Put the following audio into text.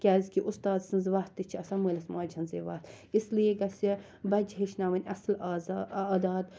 کیازکہِ اُستاد سٕنٛز وَتھ تہِ چھِ آسان مٲلِس ماجہِ ہٕنٛزٕے وَتھ اِسلیے گَژھِ بَچہِ ہیٚچھناوٕنۍ اصٕل عازا عادات